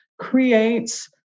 creates